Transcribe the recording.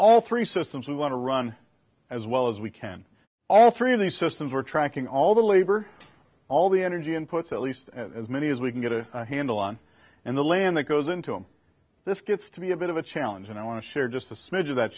all three systems we want to run as well as we can all three of these systems we're tracking all the labor all the energy inputs at least as many as we can get a handle on and the land that goes into this gets to be a bit of a challenge and i want to share just a smidge of that